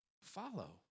follow